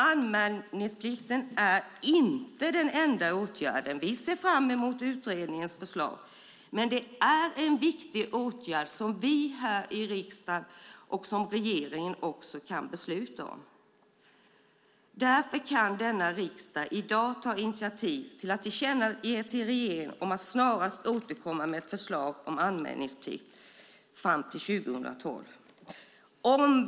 Anmälningsplikten är inte den enda åtgärden. Vi ser fram emot utredningens förslag. Men anmälningsplikten är en viktig åtgärd som riksdagen och regeringen kan besluta om. Därför kan denna riksdag i dag ta initiativ till att tillkännage för regeringen att snarast återkomma med ett förslag om anmälningsplikt som ska träda i kraft 2012.